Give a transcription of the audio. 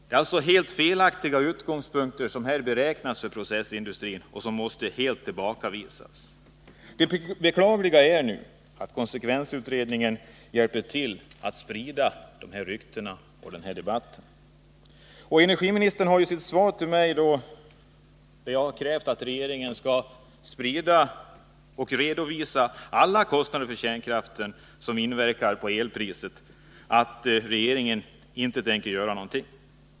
Det är alltså felaktiga utgångspunkter som används vid beräkningarna när det gäller processindustrin, och beräkningarna måste därför helt tillbakavisas. Det beklagliga är att konsekvensutredningen hjälper till att sprida ryktena i debatten. Energiministern säger i sitt svar på min interpellation, i vilken jag krävt att regeringen skall redovisa alla kostnader för kärnkraften som inverkar på elpriset, att regeringen inte tänker göra någonting.